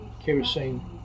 kerosene